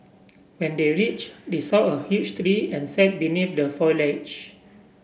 when they reached they saw a huge tree and sat beneath the foliage